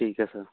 ਠੀਕ ਹੈ ਸਰ